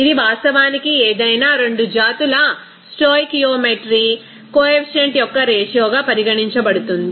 ఇది వాస్తవానికి ఏదైనా 2 జాతుల స్టోయికియోమెట్రీ కొఎఫిషియంట్ యొక్క రేషియో గా పరిగణించబడుతుంది